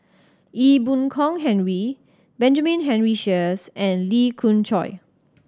Ee Boon Kong Henry Benjamin Henry Sheares and Lee Khoon Choy